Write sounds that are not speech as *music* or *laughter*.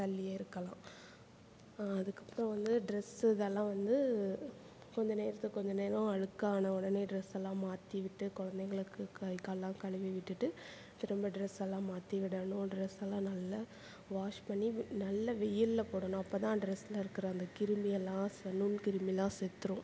தள்ளியே இருக்கலாம் அதுக்கப்புறம் வந்து ட்ரெஸ்ஸு இதெல்லாம் வந்து கொஞ்சம் நேரத்துக்கு கொஞ்சம் நேரம் அழுக்கான உடனே ட்ரெஸ் எல்லாம் மாற்றி விட்டு குழந்தைங்களுக்கு கை காலெல்லாம் கழுவி விட்டுட்டு திரும்ப ட்ரெஸ் எல்லாம் மாற்றி விடணும் ட்ரெஸ் எல்லாம் நல்லா வாஷ் பண்ணி நல்லா வெயிலில் போடணும் அப்போ தான் ட்ரெஸில் இருக்கிற அந்த கிருமி எல்லாம் *unintelligible* கிருமிலாம் செத்துடும்